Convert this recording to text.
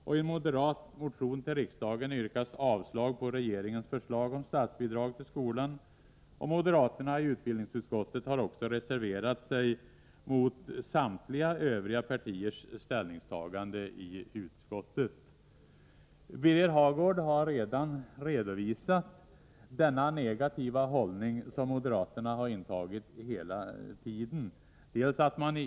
I en moderat motion till riksdagen yrkas också avslag på regeringens förslag om statsbidrag till skolan, och moderaterna i utbildningsutskottet har reserverat sig mot samtliga övriga partiers ställningstagande i utskottet. 125 Birger Hagård har redan redovisat den negativa hållning som moderaterna hela tiden har intagit.